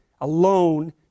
Alone